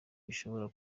bashobora